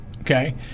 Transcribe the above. Okay